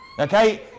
Okay